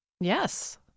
Yes